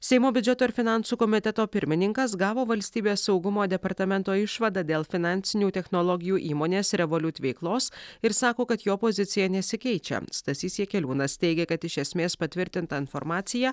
seimo biudžeto ir finansų komiteto pirmininkas gavo valstybės saugumo departamento išvadą dėl finansinių technologijų įmonės revolut veiklos ir sako kad jo pozicija nesikeičia stasys jakeliūnas teigė kad iš esmės patvirtinta informacija